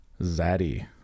zaddy